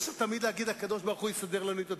אי-אפשר תמיד להגיד: הקדוש-ברוך-הוא יסדר לנו את הדברים.